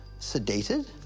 sedated